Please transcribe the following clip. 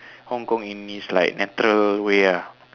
Hong-Kong in its like natural way ah